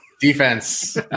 defense